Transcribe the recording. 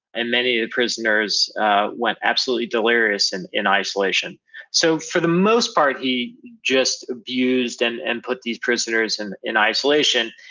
and many ah prisoners went absolutely delirious and in isolation so for the most part, he just abused and and put these prisoners and in isolation,